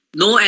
no